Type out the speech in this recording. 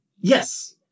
Yes